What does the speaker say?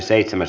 asia